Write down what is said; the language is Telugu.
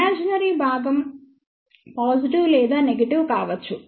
ఇమాజినరీ భాగం పాజిటివ్ లేదా నెగిటివ్ కావచ్చు